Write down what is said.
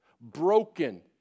broken